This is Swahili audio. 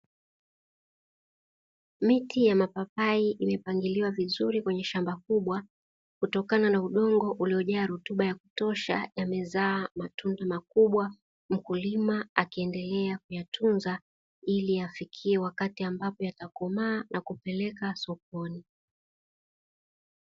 Miti ya mapapai imepangiliwa vizuri kwenye shamba kubwa kutokana na udongo uliojaa rutuba ya kutosha yamezaa matunda makubwa, mkulima akiendelea kuyatunza ili yafikie wakati ambapo yatakomaa na kupeleka sokoni.